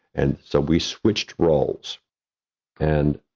and so we switched roles and